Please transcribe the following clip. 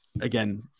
again